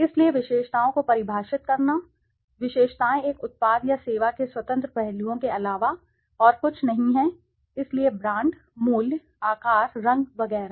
इसलिए विशेषताओं को परिभाषित करना विशेषताएँ एक उत्पाद या सेवा के स्वतंत्र पहलुओं के अलावा और कुछ नहीं हैं इसलिए ब्रांड मूल्य आकार रंग वगैरह